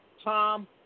Tom